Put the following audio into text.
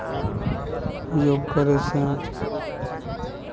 योग करयसँ